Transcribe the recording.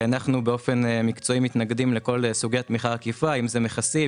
אנחנו באופן מקצועי מתנגדים לכל סוגי התמיכה העקיפה מכסים,